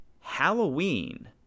halloween